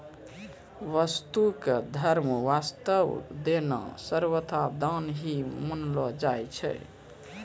वस्तु क धर्म वास्तअ देना सर्वथा दान ही मानलो जाय छै